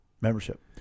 membership